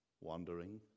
wandering